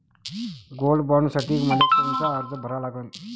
Gold बॉण्डसाठी मले कोनचा अर्ज भरा लागन?